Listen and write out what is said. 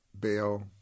bail